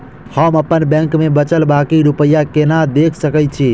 हम अप्पन बैंक मे बचल बाकी रुपया केना देख सकय छी?